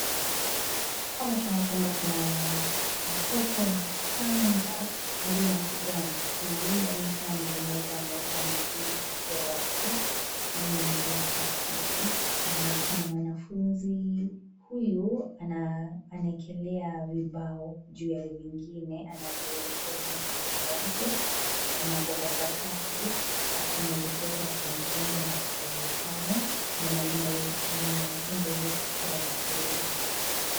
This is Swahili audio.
Hapa tunaona kwamba kuna mtoto mchanga aliye na shida ya mguu, yani hana mguu mmoja, amewekwa mguu usio wake, yaani mguu wa plastiki na kuna mwanafunzi huyu anaekelea vibao juu ya vingine, anavyoelekezwa na mwalimu wake na kwa sakafu, akimwelekeza akimfunza atakavyofanya na mwanafunzi awezekukua vizuri.